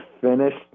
finished